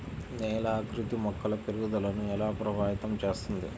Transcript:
నేల ఆకృతి మొక్కల పెరుగుదలను ఎలా ప్రభావితం చేస్తుంది?